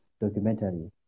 documentary